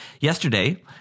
Yesterday